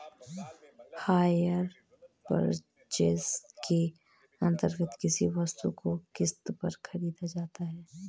higher purchase के अंतर्गत किसी वस्तु को किस्त पर खरीदा जाता है